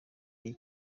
gihe